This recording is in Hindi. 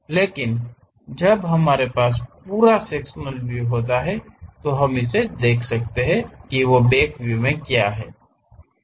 लेकिन जब हमारे पास यह पूरा सेक्शनल व्यू होता है तो हम देख सकते हैं कि बॅकव्यू में क्या है